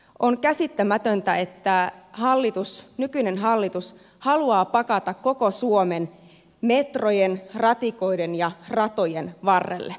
on käsittämätöntä että nykyinen hallitus haluaa pakata koko suomen metrojen ratikoiden ja ratojen varrelle